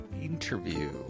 interview